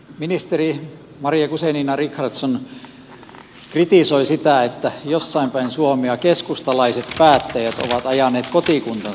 ministeri maria guzenina richardson kritisoi sitä että jossain päin suomea keskustalaiset päättäjät ovat ajaneet kotikuntansa asioita